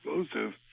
explosive